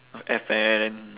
air fare then